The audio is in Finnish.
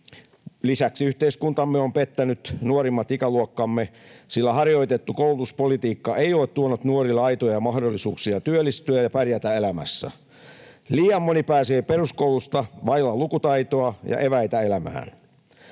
Lisäksi yhteiskuntamme on pettänyt nuorimmat ikäluokkamme, sillä harjoitettu koulutuspolitiikka ei ole tuonut nuorille aitoja mahdollisuuksia työllistyä ja pärjätä elämässä. Liian moni pääsee peruskoulusta vailla lukutaitoa ja eväitä elämään.